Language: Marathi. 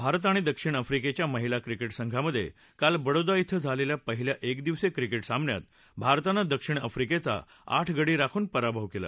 भारत आणि दक्षिण आफ्रिक्ख्या महिला क्रिक्टि संघांमधक्विल बडोदा इथं झालखी पहिल्या एकदिवसीय क्रिक्टि सामन्यात भारतानं दक्षिण आफ्रिक्खी आठ गडी राखून पराभव कला